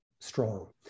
strong